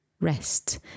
rest